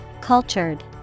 Cultured